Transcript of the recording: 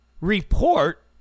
report